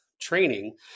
training